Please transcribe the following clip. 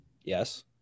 Yes